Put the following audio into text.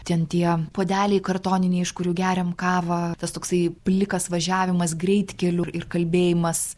ten tie puodeliai kartoniniai iš kurių geriam kavą tas toksai plikas važiavimas greitkeliu ir kalbėjimas